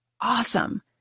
awesome